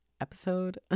episode